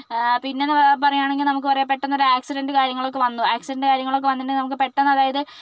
പിന്നെയെന്ന് പ പറയുകയാണെങ്കിൽ നമുക്ക് പറയാം പെട്ടെന്ന് ഒരു ആക്സിഡൻ്റ് കാര്യങ്ങളൊക്കെ വന്നു ആക്സിഡൻ്റ് കാര്യങ്ങളൊക്കെ വന്നിട്ടുണ്ടെങ്കിൽ തന്നെ പെട്ടെന്ന് അതായത്